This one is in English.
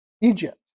Egypt